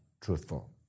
truthful